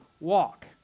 walk